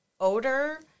odor